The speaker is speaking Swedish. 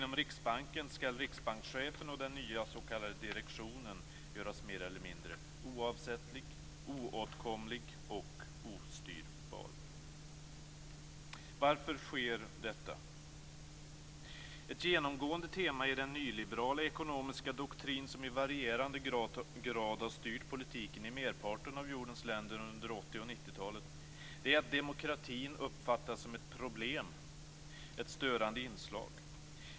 Och inom direktionen göras mer eller mindre oavsättliga, oåtkomliga och ostyrbara. Ett genomgående tema i den nyliberala ekonomiska doktrin som i varierande grad har styrt politiken i merparten av jordens länder under 80 och 90 talet är att demokratin uppfattas som ett problem, ett störande inslag.